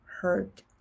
hurt